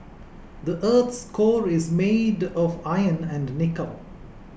the earth's core is made of iron and nickel